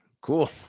cool